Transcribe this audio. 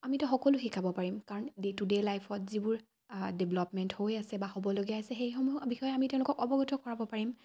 আমিতো সকলো শিকাব পাৰিম কাৰণ ডে' টু ডে' লাইফত যিবোৰ ডেভেলপমেণ্ট হৈ আছে বা হ'বলগীয়া আছে সেইসমূহৰ বিষয়ে আমি তেওঁলোকক অৱগত কৰাব পাৰিম